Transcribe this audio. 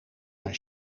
naar